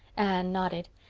anne nodded.